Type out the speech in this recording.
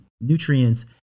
nutrients